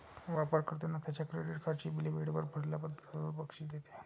वापर कर्त्यांना त्यांच्या क्रेडिट कार्डची बिले वेळेवर भरल्याबद्दल बक्षीस देते